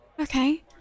Okay